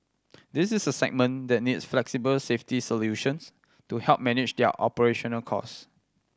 this is a segment that needs flexible safety solutions to help manage their operational cost